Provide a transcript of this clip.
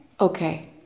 okay